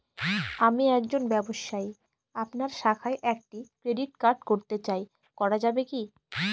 আমি একজন ব্যবসায়ী আপনার শাখায় একটি ক্রেডিট কার্ড করতে চাই করা যাবে কি?